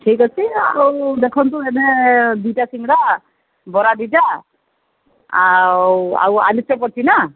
ଠିକ୍ ଅଛି ଆଉ ଦେଖନ୍ତୁ ଏବେ ଦୁଇଟା ସିଙ୍ଗଡ଼ା ବରା ଦୁଇଟା ଆଉ ଆଉ ଆଲୁଚପ ଅଛି ନା